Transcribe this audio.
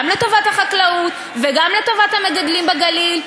גם לטובת החקלאות וגם לטובת המגדלים בגליל,